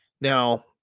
Now